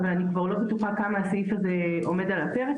אבל אני כבר לא בטוחה כמה הסעיף הזה עומד על הפרק,